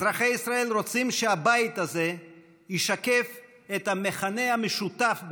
אזרחי ישראל רוצים שהבית הזה ישקף את המכנה המשותף ביניהם.